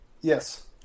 Yes